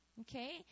Okay